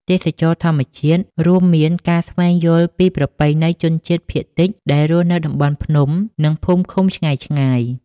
ទេសចរណ៍ធម្មជាតិរួមមានការស្វែងយល់ពីប្រពៃណីនៃជនជាតិភាគតិចដែលរស់នៅតំបន់ភ្នំ និងភូមិឃុំឆ្ងាយៗ។